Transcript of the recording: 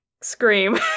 scream